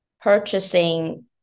purchasing